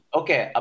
okay